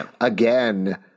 again